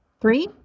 Three